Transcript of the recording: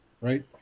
right